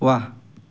ৱাহ